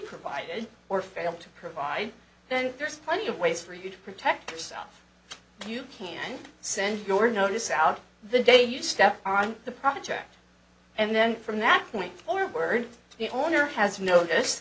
provided or fail to provide then there's plenty of ways for you to protect yourself if you can send your notice out the day you step on the project and then from that point forward the owner has notice